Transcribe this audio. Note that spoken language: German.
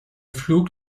flug